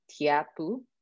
Tiapu